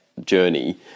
journey